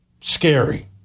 scary